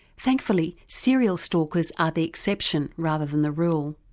thankfully serial stalkers are the exception rather than the rule.